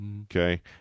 Okay